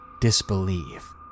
disbelief